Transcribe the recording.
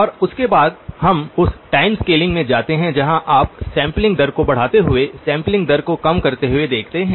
और उसके बाद हम उस टाइम स्केलिंग में जाते हैं जहां आप सैंपलिंग दर को बढ़ाते हुए या सैंपलिंग दर को कम करते हुए देखते हैं